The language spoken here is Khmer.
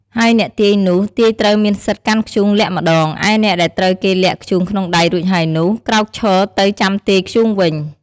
ហើយអ្នកទាយនោះ ទាយត្រូវមានសិទ្ធិកាន់ធ្យូងលាក់ម្តង ឯអ្នកដែលត្រូវគេលាក់ធ្យូងក្នុងដៃរួចហើយនោះ ក្រោកឈរទៅចាំទាយធ្យូងវិញ។